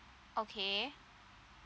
okay